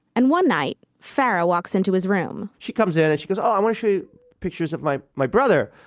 and one night farah walks into his room she comes in and she goes, oh, i wanna show you pictures of my my brother.